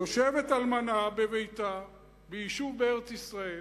יושבת אלמנה בביתה ביישוב בארץ-ישראל,